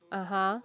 (uh huh)